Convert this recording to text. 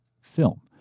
film